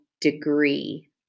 degree